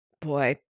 boy